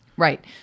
Right